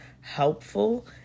helpful